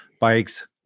Bikes